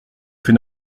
fait